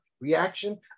reaction